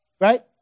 Right